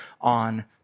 on